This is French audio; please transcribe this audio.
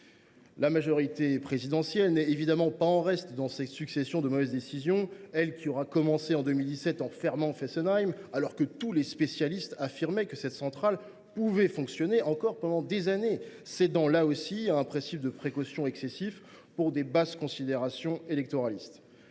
La majorité présidentielle n’est évidemment pas en reste dans cette succession de mauvaises décisions, elle qui aura commencé en 2017 en fermant Fessenheim, alors que tous les spécialistes affirmaient que cette centrale pouvait fonctionner encore pendant des années, cédant là aussi à un principe de précaution excessif, pour de basses considérations électoralistes.